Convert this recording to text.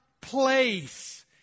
place